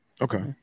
Okay